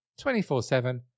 24-7